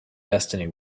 destiny